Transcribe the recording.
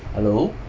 hello